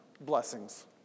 blessings